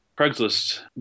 Craigslist